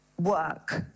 work